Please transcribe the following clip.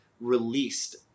released